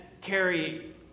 carry